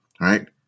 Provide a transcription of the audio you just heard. Right